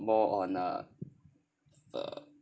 more on uh uh